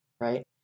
right